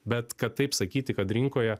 bet kad taip sakyti kad rinkoje